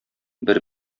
бер